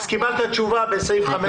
אז קיבלת תשובה בסעיף (15).